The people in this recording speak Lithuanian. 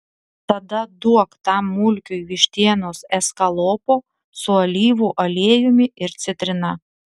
tada duok tam mulkiui vištienos eskalopo su alyvų aliejumi ir citrina